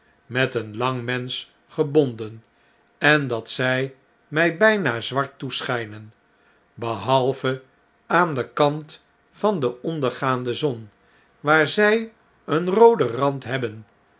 met een lang mensch gebonden en dat zij imj bpa zwart toeschflnen behalve aan den kant van de ondergaande zon waar zg een rooden rand hebben